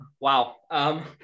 Wow